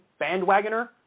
bandwagoner